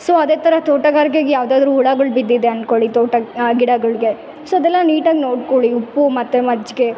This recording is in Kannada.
ಸೊ ಅದೇ ಥರ ತೋಟಗಾರಿಕೆಗ್ ಯಾವುದಾದ್ರು ಹುಳಗಳ್ ಬಿದ್ದಿದೆ ಅನ್ಕೊಳಿ ತೋಟ ಗಿಡಗಳಿಗೆ ಸೊ ಅದೆಲ್ಲ ನೀಟಾಗಿ ನೋಡ್ಕೊಳಿ ಉಪ್ಪು ಮತ್ತು ಮಜ್ಜಿಗೆ